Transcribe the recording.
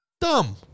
Dumb